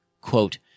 quote